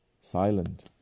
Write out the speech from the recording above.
silent